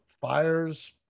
fires